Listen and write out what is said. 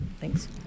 Thanks